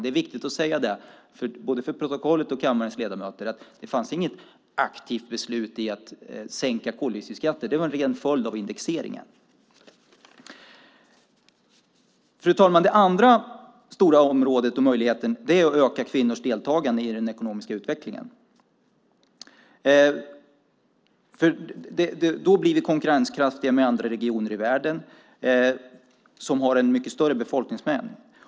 Det är viktigt att säga, både till kammarens ledamöter och för protokollets skull, att det inte fanns något aktivt beslut att sänka koldioxidskatterna. Det var helt en följd av indexeringen. Fru talman! Det andra stora området och möjligheten handlar om att öka kvinnors deltagande i den ekonomiska utvecklingen. På så sätt blir vi konkurrenskraftiga gentemot andra regioner i världen, regioner med mycket större befolkning.